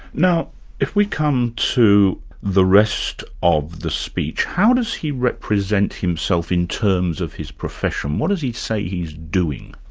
now if we come to the rest of the speech, how does he represent himself in terms of his profession? um what does he say he's doing?